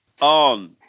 on